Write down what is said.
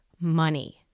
money